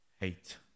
hate